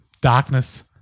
darkness